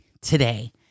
today